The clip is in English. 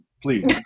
Please